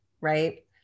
right